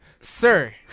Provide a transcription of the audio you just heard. Sir